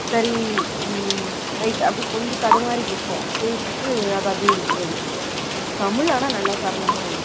சரி ரைட் அப்படி கொஞ்சம் தடுமாறி பேசுவோம் பேசிட்டு அதை அப்படியே விட்டுறது தமிழ் ஆனால் நல்லா சரளமாக வரும்